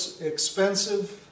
expensive